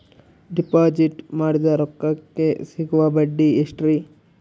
Deposit ಮಾಡಿದ ರೊಕ್ಕಕೆ ಸಿಗುವ ಬಡ್ಡಿ ಎಷ್ಟ್ರೀ?